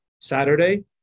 Saturday